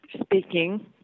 Speaking